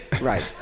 Right